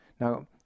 Now